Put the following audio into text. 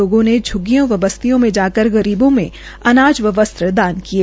लोगों ने झ्ग्गियों और बस्तियों में जाकर गरीबों को अनाज व वस्त्र दान किये